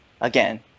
again